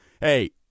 Hey